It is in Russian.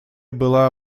была